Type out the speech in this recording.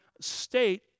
state